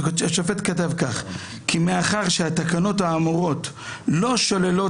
השופט כתב כך: מאחר שהתקנות האמורות לא שוללות